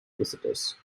visitors